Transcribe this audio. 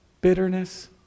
bitterness